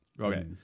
okay